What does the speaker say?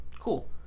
cool